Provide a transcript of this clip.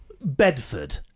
Bedford